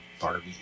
Barbie